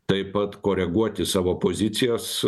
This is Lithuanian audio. taip pat koreguoti savo pozicijas